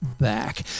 back